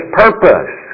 purpose